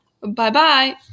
Bye-bye